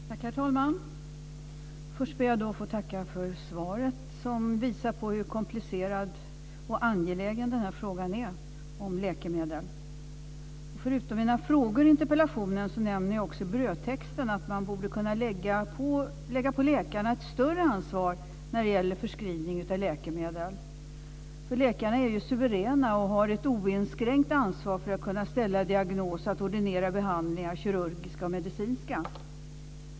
Herr talman! Först ber jag att få tacka för svaret. Det visar på hur komplicerad och angelägen frågan om läkemedel är. Förutom mina frågor i interpellationen nämner jag också i brödtexten att man borde kunna lägga ett större ansvar på läkarna när det gäller förskrivning av läkemedel. Läkarna är suveräna och har ett oinskränkt ansvar för att kunna ställa diagnos och att ordinera kirurgiska såväl som medicinska behandlingar.